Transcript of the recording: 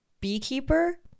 Beekeeper